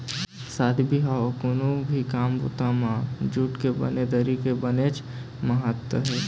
शादी बिहाव अउ कोनो भी काम बूता म जूट के बने दरी के बनेच महत्ता हे